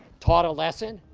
taught a lesson.